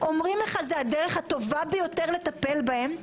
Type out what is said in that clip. אומרים לך זו הדרך הטובה ביותר לטפל בהם,